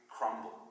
crumble